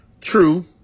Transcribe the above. True